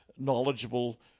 knowledgeable